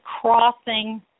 crossing